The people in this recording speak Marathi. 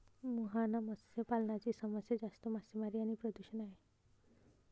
मुहाना मत्स्य पालनाची समस्या जास्त मासेमारी आणि प्रदूषण आहे